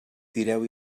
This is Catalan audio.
tireu